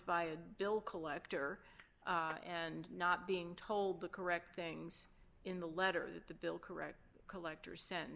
by a bill collector and not being told the correct things in the letter that the bill correct collectors